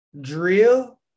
Drill